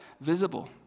visible